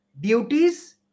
duties